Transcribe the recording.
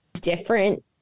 different